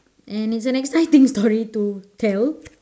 and it's an exciting story to tell